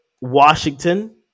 Washington